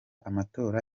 amatora